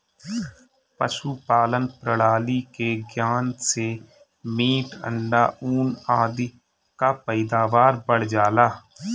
पशुपालन प्रणाली के ज्ञान से मीट, अंडा, ऊन आदि कअ पैदावार बढ़ जाला